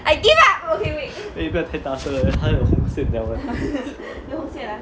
eh 不要太大声它有红线 liao